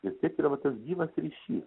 vis tiek yra va tas gyvas ryšys